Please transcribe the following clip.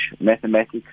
mathematics